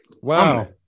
Wow